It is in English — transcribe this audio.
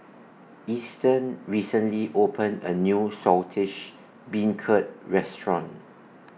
Easton recently opened A New Saltish Beancurd Restaurant